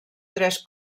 tres